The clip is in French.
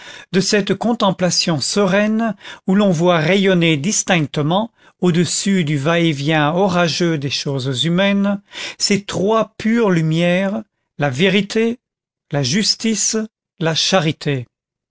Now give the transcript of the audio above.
de cette contemplation sereine où l'on voit rayonner distinctement au-dessus du va-et-vient orageux des choses humaines ces trois pures lumières la vérité la justice la charité